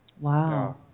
Wow